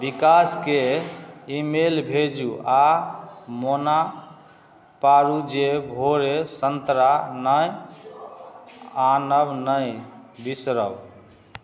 विकासकेंँ email भेजू आ मोन पाड़ू जे भोरे संतरा नहि आनब नहि बिसरब